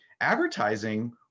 Advertising